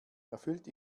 erfüllt